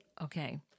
Okay